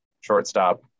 shortstop